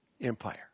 Empire